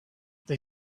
they